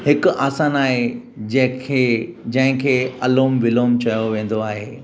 हिकु आसनु आहे जंहिं खे जंहिं खे अलोम विलोम चयो वेंदो आहे